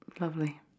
Lovely